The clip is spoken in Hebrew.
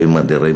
אלוהים אדירים,